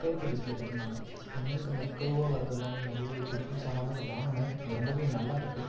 curved display கொடுத்துருந்தாங்க எனக்கு வந்து இந்த கர்வ்வாக வரது எல்லாமே ரொம்பவே பிடிக்கும் ஸோ அதனால தான் வாங்கினேன் அது ரொம்பவே நல்லா இருக்குது